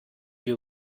you